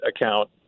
account